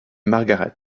margaret